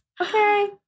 Okay